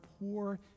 poor